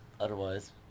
otherwise